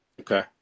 okay